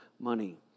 money